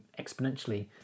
exponentially